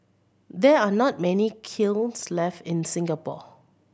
there are not many kilns left in Singapore